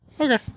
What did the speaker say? Okay